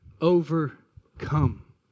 overcome